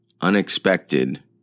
unexpected